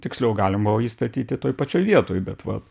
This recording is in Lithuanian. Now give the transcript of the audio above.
tiksliau galima buvo jį statyti toj pačioj vietoj bet vat